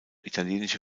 italienische